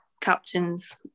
captains